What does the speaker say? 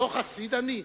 לא חסיד אני?